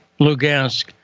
Lugansk